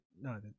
No